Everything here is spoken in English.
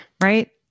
right